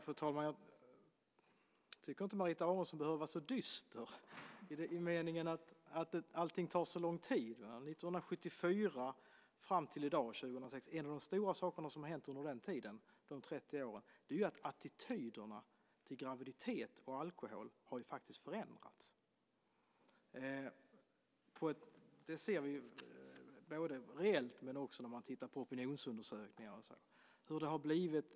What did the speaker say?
Fru talman! Jag tycker inte att Marita Aronson behöver vara så dyster i den meningen att allting tar så lång tid. En av de stora saker som hänt under de drygt 30 åren mellan 1974 och 2006 är ju att attityderna till graviditet och alkohol faktiskt har förändrats. Det ser vi både reellt och när vi tittar på opinionsundersökningar och så vidare.